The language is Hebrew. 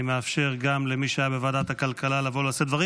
אני מאפשר גם למי שהיה בוועדת הכלכלה לבוא ולשאת דברים.